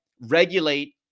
regulate